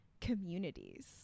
communities